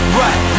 right